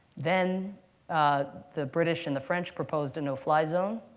then the british and the french proposed a no-fly zone.